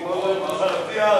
אני מאוד אוהב את השר אטיאס,